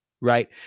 right